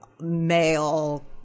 male